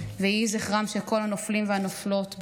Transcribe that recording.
ויהי זכרם של כל הנופלים והנופלות ברוך,